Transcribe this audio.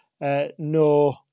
No